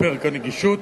פרק הנגישות,